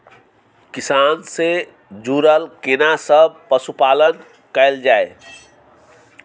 किसान से जुरल केना सब पशुपालन कैल जाय?